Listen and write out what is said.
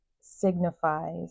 signifies